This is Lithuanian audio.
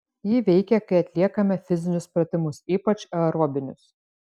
ji veikia kai atliekame fizinius pratimus ypač aerobinius